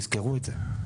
תזכרו את זה.